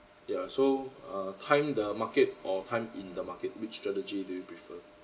yeah so uh time the market or time in the market which strategy do you prefer